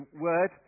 word